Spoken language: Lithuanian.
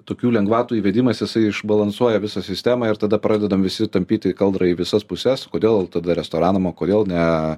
tokių lengvatų įvedimas jisai išbalansuoja visą sistemą ir tada pradedam visi tampyti kaldrą į visas puses kodėl tada restoranam o kodėl ne